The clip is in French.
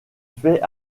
fait